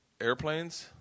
airplanes